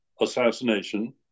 assassination